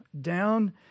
down